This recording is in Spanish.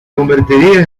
convertiría